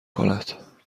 کند